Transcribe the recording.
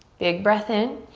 big breath in.